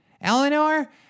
Eleanor